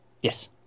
Yes